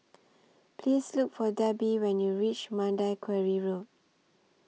Please Look For Debby when YOU REACH Mandai Quarry Road